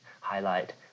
highlight